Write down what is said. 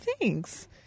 thanks